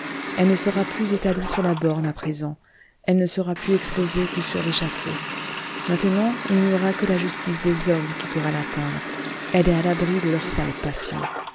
elle ne sera plus étalée sur la borne à présent elle ne sera plus exposée que sur l'échafaud maintenant il n'y aura que la justice des hommes qui pourra l'atteindre elle est à l'abri de leurs sales passions